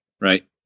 right